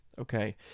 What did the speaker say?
okay